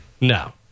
No